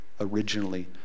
originally